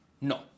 No